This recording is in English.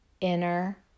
inner